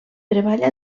treballa